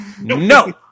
No